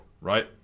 right